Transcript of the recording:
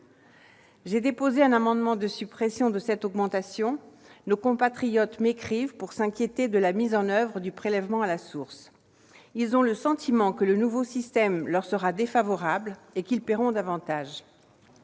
J'ai déposé un amendement de suppression de cette augmentation. Nos compatriotes m'écrivent pour s'inquiéter de la mise en oeuvre du prélèvement à la source. Ils ont le sentiment que le nouveau système leur sera défavorable et qu'ils paieront davantage.